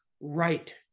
right